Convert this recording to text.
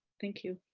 thank you.